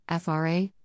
FRA